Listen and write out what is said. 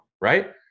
right